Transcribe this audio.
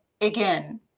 again